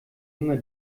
junge